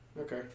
Okay